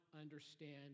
understand